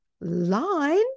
line